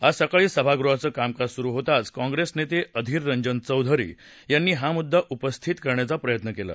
आज सकाळी सभागृहाचं कामकाज सुरु होताच काँग्रेस नेते अधिर रंजन चौधरी यांनी हा मुद्दा उपस्थित करण्याचा प्रयत्न केला